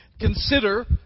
consider